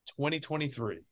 2023